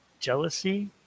jealousy